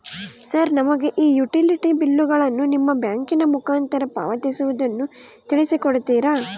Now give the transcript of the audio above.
Sir ನಮಗೆ ಈ utility ಬಿಲ್ಲುಗಳನ್ನು ನಿಮ್ಮ ಬ್ಯಾಂಕಿನ ಮುಖಾಂತರ ಪಾವತಿಸುವುದನ್ನು ತಿಳಿಸಿ ಕೊಡ್ತೇರಾ?